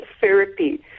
therapy